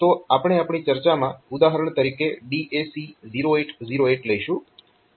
તો આપણે આપણી ચર્ચામાં ઉદાહરણ તરીકે DAC0808 લઈશું